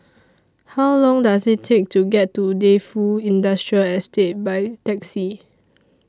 How Long Does IT Take to get to Defu Industrial Estate By Taxi